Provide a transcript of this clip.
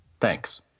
Thanks